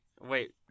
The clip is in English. Wait